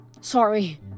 Sorry